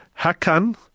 Hakan